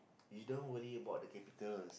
you don't worry about the capitals